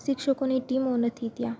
શિક્ષકોની ટીમો નથી ત્યાં